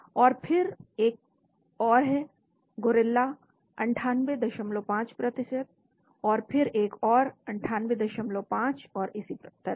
और फिर एक और है गोरिल्ला 985 और फिर एक और 985 और इसी तरह